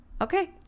Okay